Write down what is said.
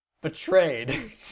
Betrayed